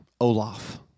Olaf